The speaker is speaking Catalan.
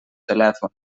telèfon